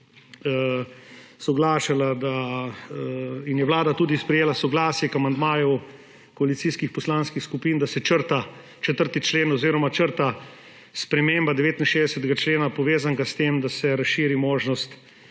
soglašala in je Vlada tudi sprejela soglasje k amandmaju koalicijskih poslanskih skupin, da se črta 4. člen oziroma sprememba 69. člena, povezanega s tem, da se razširi možnost